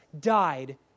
died